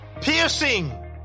piercing